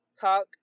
talk